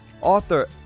Author